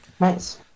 Nice